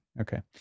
okay